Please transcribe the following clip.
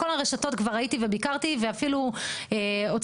בכל הרשתות כבר הייתי וביקרתי ואפילו הוצאנו